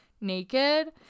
naked